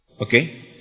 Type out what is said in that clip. Okay